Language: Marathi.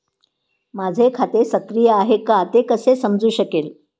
माझे खाते सक्रिय आहे का ते कसे समजू शकेल?